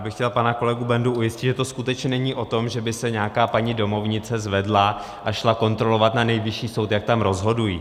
Já bych chtěl pana kolegu Bendu ujistit, že to skutečně není o tom, že by se nějaká paní domovnice zvedla a šla kontrolovat na Nejvyšší soud, jak tam rozhodují.